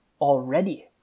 already